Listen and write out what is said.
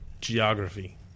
geography